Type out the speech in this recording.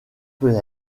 peut